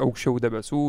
aukščiau debesų